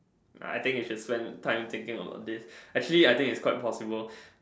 I think you should spend time thinking about this actually I think it's quite possible